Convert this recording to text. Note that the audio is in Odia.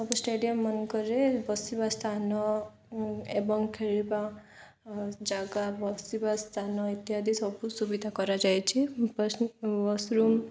ସବୁ ଷ୍ଟେଡ଼ିୟମମାନଙ୍କରେ ବସିବା ସ୍ଥାନ ଏବଂ ଖେଳିବା ଜାଗା ବସିବା ସ୍ଥାନ ଇତ୍ୟାଦି ସବୁ ସୁବିଧା କରାଯାଇଛିି ୱାସରୁମ୍